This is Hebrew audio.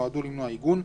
שנועדו למנוע עיגון,